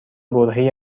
برههای